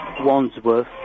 Wandsworth